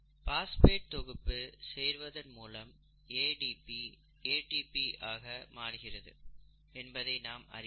phosphate தொகுப்பு சேர்வதன் மூலம் ADP ATP ஆக மாறுகிறது என்பதை நாம் அறிவோம்